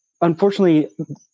unfortunately